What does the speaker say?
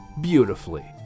beautifully